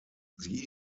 sie